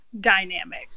dynamic